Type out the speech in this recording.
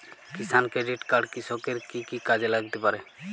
কিষান credit card কৃষকের কি কি কাজে লাগতে পারে?